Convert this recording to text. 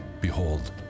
Behold